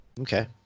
Okay